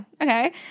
okay